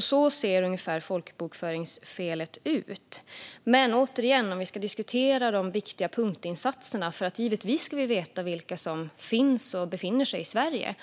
så ser folkbokföringsfelet ut. Men vi kan återigen diskutera de viktiga punktinsatserna, för vi ska givetvis veta vilka som befinner sig i Sverige.